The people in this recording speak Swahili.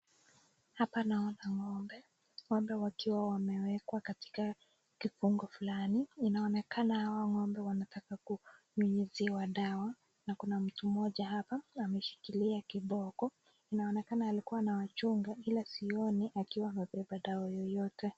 Hapa naona ngombe, ngombe wakiwa wamewekwa katika kifungo fulani, inaonekana hawa ngombe wanataka kunyunyuziwa dawa, na kuna mtu moja hapa ameshikilia kiboko, inaonekana alikuwa anawachunga ila sioni akiwa amebeba dawa yeyote.